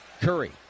Curry